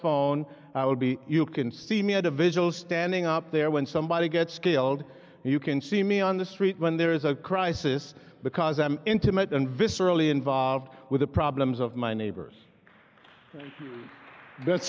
phone i would be you can see me at a visual standing up there when somebody gets killed you can see me on the street when there is a crisis because i'm intimate and viscerally involved with the problems of my neighbors